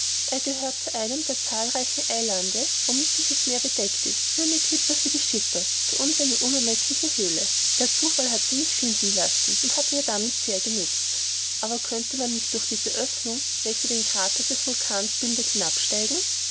er gehört zu einem der zahlreichen eilande womit dieses meer bedeckt ist nur eine klippe für die schiffe für uns eine unermeßliche höhle der zufall hat mich sie finden lassen und hat mir damit sehr genützt aber könnte man nicht durch diese oeffnung welche den krater des vulkans bildet